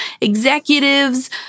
executives